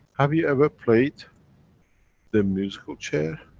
have you ever played the musical chair?